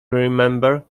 remember